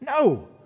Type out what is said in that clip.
No